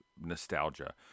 nostalgia